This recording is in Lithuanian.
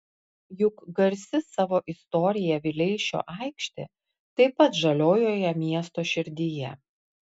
juk garsi savo istorija vileišio aikštė taip pat žaliojoje miesto širdyje